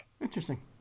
Interesting